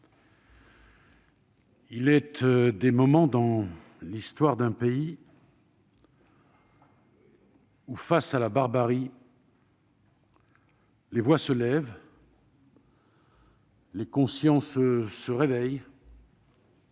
il est des moments dans l'histoire d'un pays où, face à la barbarie, les voix se lèvent, les consciences se réveillent